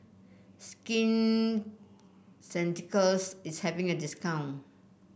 Skin Ceuticals is having a discount